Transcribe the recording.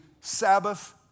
Sabbath